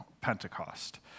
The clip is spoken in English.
Pentecost